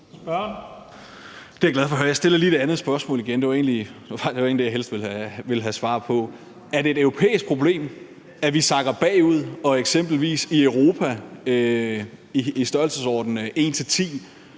Jeg stiller lige det andet spørgsmål igen; det var egentlig det, jeg helst ville have svar på. Er det et europæisk problem, at vi sakker bagud og eksempelvis i Europa i størrelsesforholdet en